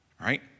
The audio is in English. right